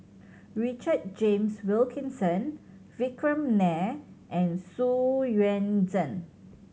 Richard James Wilkinson Vikram Nair and Xu Yuan Zhen